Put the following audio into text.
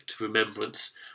remembrance